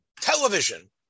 Television